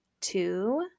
two